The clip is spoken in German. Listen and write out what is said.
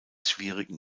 schwierigen